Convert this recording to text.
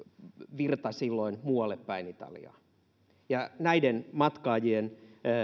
virta silloin muualle päin italiaa ja näiden matkaajien